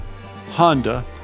Honda